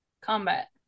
combat